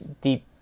deep